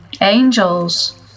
angels